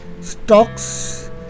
stocks